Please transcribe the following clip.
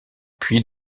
puis